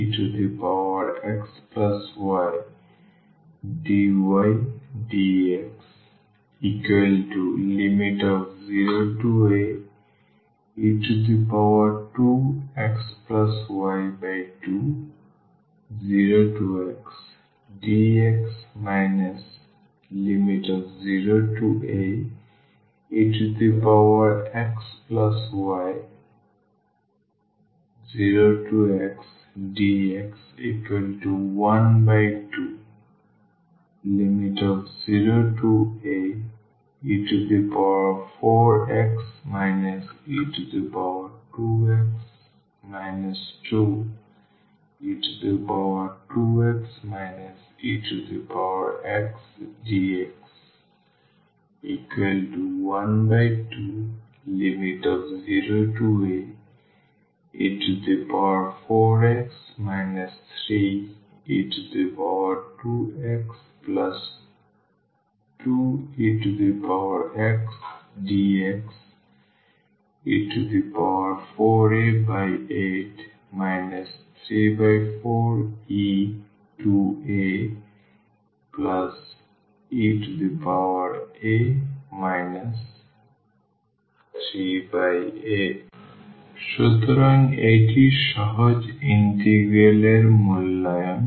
0xdx120ae4x e2x 2e2x exdx 120ae4x 3e2x2exdxe4a8 34e2aea 38 সুতরাং এটি এই সহজ ইন্টিগ্রাল এর মূল্যায়ন